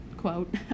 quote